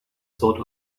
sort